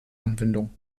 anwendung